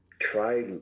try